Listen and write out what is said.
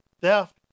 theft